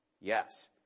Yes